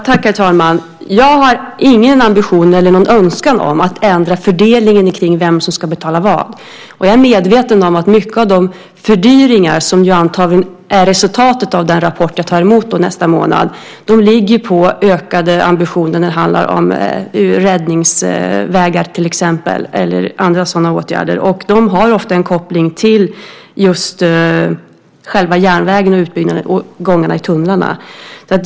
Herr talman! Jag har ingen ambition eller önskan om att ändra fördelningen kring vem som ska betala vad. Jag är medveten om att mycket av de fördyringar som antagligen är resultatet av den rapport jag tar emot nästa månad ligger på ökade ambitioner när det handlar om räddningsvägar och andra sådana åtgärder. De har ofta en koppling till själva järnvägen och gångarna i tunnlarna.